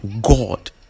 god